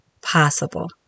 possible